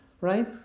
right